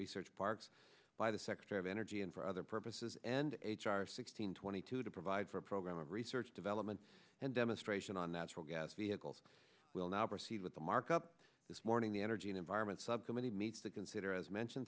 research parks by the secretary of energy and for other purposes and h r six hundred twenty two to provide for a program of research development and demonstration on natural gas vehicles will now proceed with the markup this morning the energy and environment subcommittee meets to consider as mentioned